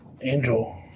angel